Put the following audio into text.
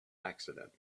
accident